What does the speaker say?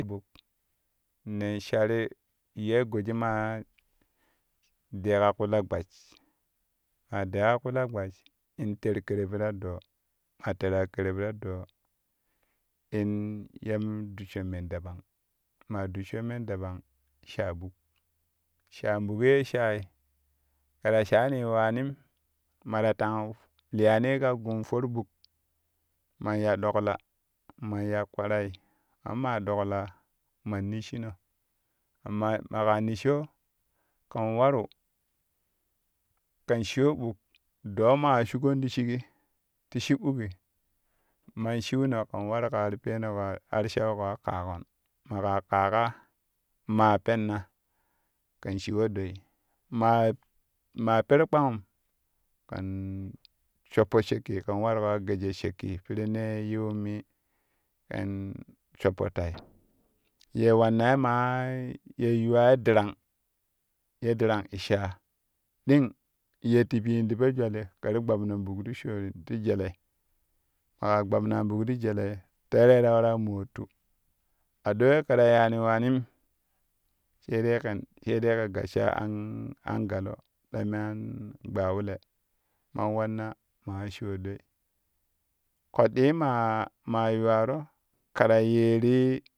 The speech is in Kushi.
Ti ɓuk nen shari ye goji maa deeƙa ƙu la gbash maa deeƙa ƙu la gbash in tere ƙerebi ti ta doo maa teraa kɛrɛb ti ta doo in yen dussho men dabang maa dussho men dabang shaɓuk, shaɓuk ye shaai kɛ ta shaani waanim ma ta tang liyani ka gum for ɓuk man ya ɗokla man ya kparai mamma ɗoklaa man nisshino mama maƙa nisshp kɛn waru kɛn shiwo ɓuk doo ma wa shugon ti shigi ti shi ɓuki kɛn shiuno ken waru ka ar peniƙo arshau kaa ƙaaƙon maka kaaƙa maa penna kɛn shiwo ɗoi maa maa peru kpangum kɛn shoppo shakki kɛn waru ka gejiyo shakki pirennee ya yiwummi kɛn shoppo tai ye wanna maa ye yuwaa darang ye darang issha ɗing ye tipyiin ti po jwali gbabnou ɓuk ti shou ti jelei maƙa gbabnaan ɓuk ti jelei tere ta waraa mootu a do we kɛ ta yaani waanim sai dai kɛn sai dai kɛ gassha an galo ta me an gbawule man wanna maa shiwo doi koɗɗi ye maa ma yuwaro kɛ ta yeeri.